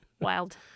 Wild